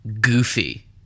goofy